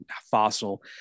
Fossil